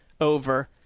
over